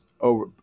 over